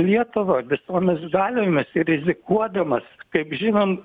lietuvą visomis galiomis rizikuodamas kaip žinom